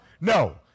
No